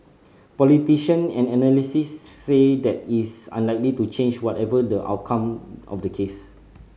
politician and analysts say that is unlikely to change whatever the outcome of the case